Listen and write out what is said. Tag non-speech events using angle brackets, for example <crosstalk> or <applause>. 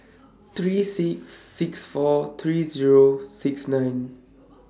<noise> three four six four three Zero nine six